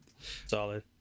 solid